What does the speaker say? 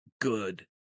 good